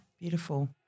Beautiful